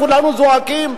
כולנו זועקים,